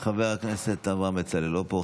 חבר הכנסת אברהם בצלאל, לא פה.